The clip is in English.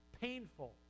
painful